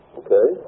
okay